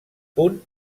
punt